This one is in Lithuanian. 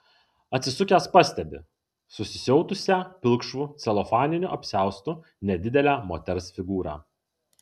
atsisukęs pastebi susisiautusią pilkšvu celofaniniu apsiaustu nedidelę moters figūrą